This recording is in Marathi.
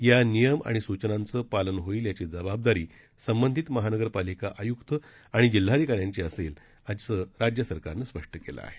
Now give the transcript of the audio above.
या नियम आणि सूचनांचं पालन होईल याची जबाबदारी संबंधित महानगरपालिका आय्क्त आणि जिल्हाधिकाऱ्यांची असेल असं राज्य सरकारनं स्पष्ट केलं आहे